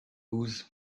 whose